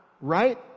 Right